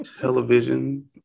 television